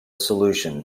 solution